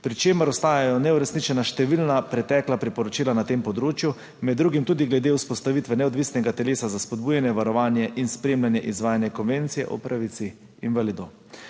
pri čemer ostajajo neuresničena številna pretekla priporočila na tem področju, med drugim tudi glede vzpostavitve neodvisnega telesa za spodbujanje, varovanje in spremljanje izvajanja Konvencije o pravici invalidov.